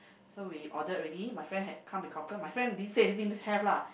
so we ordered already my friend had come with cockles my friend didn't say anything means have lah